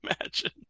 imagine